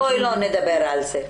אז בואי לא נדבר על זה.